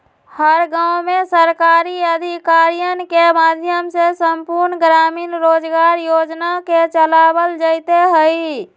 हर गांव में सरकारी अधिकारियन के माध्यम से संपूर्ण ग्रामीण रोजगार योजना के चलावल जयते हई